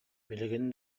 билигин